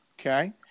okay